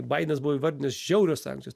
baidenas buvo įvardinęs žiaurios sankcijos